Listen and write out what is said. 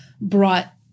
brought